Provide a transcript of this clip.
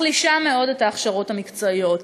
מחלישה מאוד את ההכשרות המקצועיות.